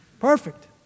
Perfect